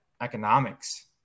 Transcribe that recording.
economics